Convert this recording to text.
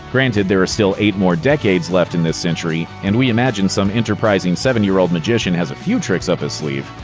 granted, there are still eight more decades left in this century, and we imagine some enterprising seven-year-old magician has a few tricks up his sleeve.